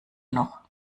noch